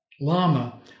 Lama